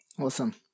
Awesome